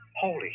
Holy